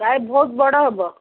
ପ୍ରାଏ ବହୁତ ବଡ଼ ହେବ